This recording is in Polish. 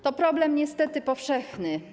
To problem, niestety, powszechny.